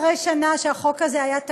אחרי שנה שהחוק הזה היה תקוע,